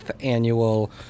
annual